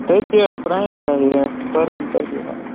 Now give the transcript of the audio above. تٔتی حظ پرٛانہِ جایہِ حظ یہِ ٲسۍ پُرن تتی بنٲو